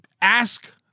Ask